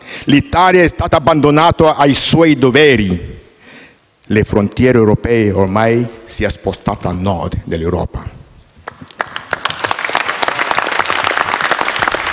L'Italia è stata abbandonata ai suoi doveri; la frontiera europea ormai si è spostata a nord dell'Europa.